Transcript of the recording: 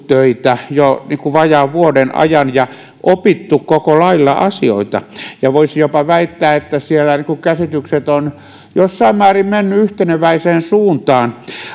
töitä jo vajaan vuoden ajan ja oppineet koko lailla asioita voisi jopa väittää että siellä käsitykset ovat jossain määrin menneet yhteneväiseen suuntaan